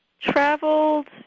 traveled